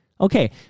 Okay